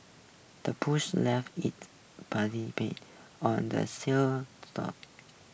the push left its prints on the sell shore